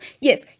yes